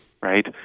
right